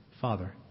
Father